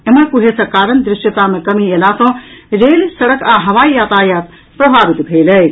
एम्हर कुहेसक कारण दृश्यता मे कमी अयला सँ रेल सड़क आ हवाई यातायात प्रभावित भेल अछि